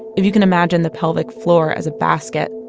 if you can imagine the pelvic floor as a basket,